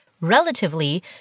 relatively